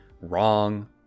wrong